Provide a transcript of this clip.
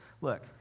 look